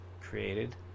created